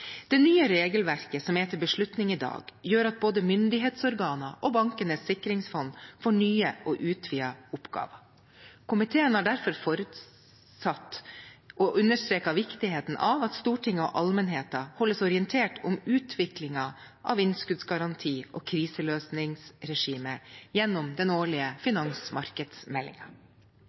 Det nye regelverket som er til beslutning i dag, gjør at både myndighetsorganer og Bankenes sikringsfond får nye og utvidede oppgaver. Komiteen har derfor forutsatt og understreker viktigheten av at Stortinget og allmennheten holdes orientert om utviklingen av innskuddsgaranti og kriseløsningsregimet gjennom den årlige